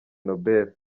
nobel